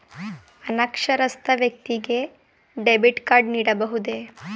ಅನಕ್ಷರಸ್ಥ ವ್ಯಕ್ತಿಗೆ debit card ನೀಡಬಹುದೇ?